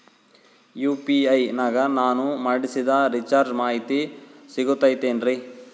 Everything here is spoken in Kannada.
ಯು.ಪಿ.ಐ ನಾಗ ನಾನು ಮಾಡಿಸಿದ ರಿಚಾರ್ಜ್ ಮಾಹಿತಿ ಸಿಗುತೈತೇನ್ರಿ?